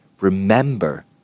Remember